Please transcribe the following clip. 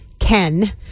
Ken